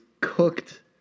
Cooked